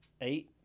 eight